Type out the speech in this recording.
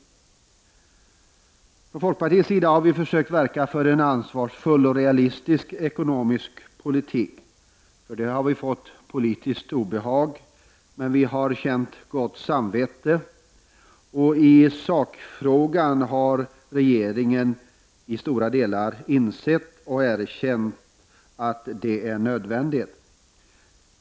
Från folkpartiets sida har vi försökt verka för en ansvarsfull och realistisk ekonomisk politik. För detta har vi fått politiskt obehag, men vi har känt gott samvete. I sakfrågan har regeringen i stora delar insett och erkänt att det är nödvändigt.